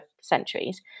centuries